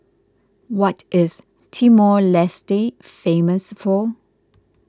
what is Timor Leste famous for